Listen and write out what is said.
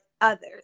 others